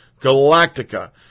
Galactica